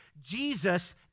Jesus